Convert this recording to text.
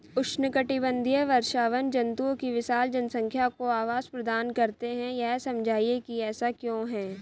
उष्णकटिबंधीय वर्षावन जंतुओं की विशाल जनसंख्या को आवास प्रदान करते हैं यह समझाइए कि ऐसा क्यों है?